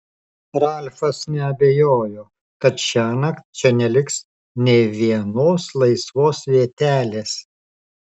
ralfas neabejojo kad šiąnakt čia neliks nė vienos laisvos vietelės